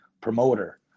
promoter